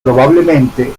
probablemente